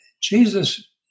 Jesus